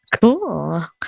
Cool